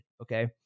Okay